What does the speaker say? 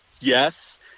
Yes